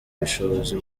ubushobozi